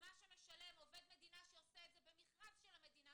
ממה שמשלם עובד מדינה שעושה את זה במכרז של המדינה